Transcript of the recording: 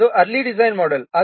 ಮುಂದಿನದು early design model